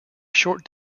short